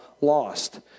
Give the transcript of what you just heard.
lost